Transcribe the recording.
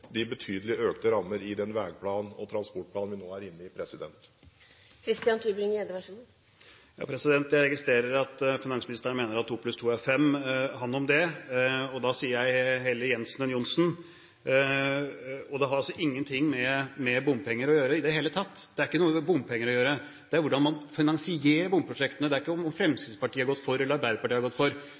inne i. Jeg registrerer at finansministeren mener at to pluss to er fem – han om det. Da sier jeg: heller Jensen enn Johnsen. Det har ingenting med bompenger å gjøre i det hele tatt – det handler om hvordan man finansierer bomprosjektene. Det har ikke å gjøre med om Fremskrittspartiet har gått for, eller om Arbeiderpartiet har gått for